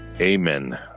Amen